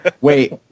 Wait